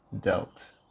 dealt